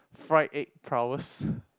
fried egg prowess